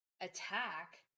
attack